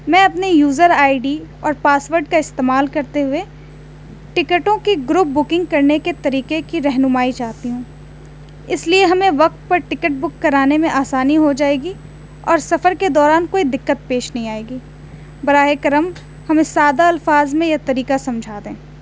میں اپنے user I D اور پاس ورڈ کا استعمال کرتے ہوئے ٹکٹوں کی گروپ بکنگ کرنے کے طریقے کی رہنمائی چاہتی ہوں اس لیے ہمیں وقت پر ٹکٹ بک کرانے میں آسانی ہو جائے گی اور سفر کے دوران کوئی دقت پیش نہیں آئے گی براہ کرم ہمیں سادہ الفاظ میں طریقہ سمجھا دیں